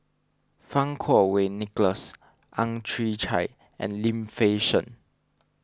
Fang Kuo Wei Nicholas Ang Chwee Chai and Lim Fei Shen